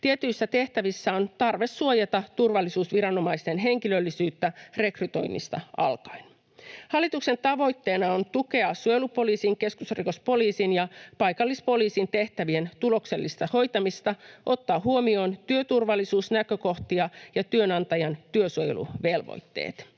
Tietyissä tehtävissä on tarve suojata turvallisuusviranomaisten henkilöllisyyttä rekrytoinnista alkaen. Hallituksen tavoitteena on tukea suojelupoliisin, keskusrikospoliisin ja paikallispoliisin tehtävien tuloksellista hoitamista sekä ottaa huomioon työturvallisuusnäkökohtia ja työnantajan työsuojeluvelvoitteet.